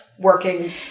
working